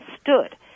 stood